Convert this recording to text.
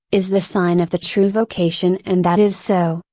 is the sign of the true vocation and that is so,